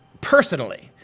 personally